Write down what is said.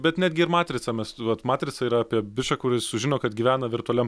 bet netgi ir matrica mes vat matrica yra apie bičą kuris sužino kad gyena virualiam